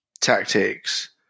tactics